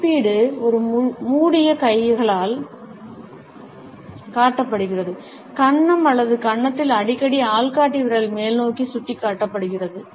மதிப்பீடு ஒரு மூடிய கையால் காட்டப்படுகிறது கன்னம் அல்லது கன்னத்தில் அடிக்கடி ஆள்காட்டி விரல் மேல்நோக்கி சுட்டிக்காட்டப்படுகிறது